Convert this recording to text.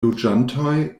loĝantoj